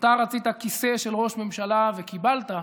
אתה רצית כיסא של ראש ממשלה וקיבלת,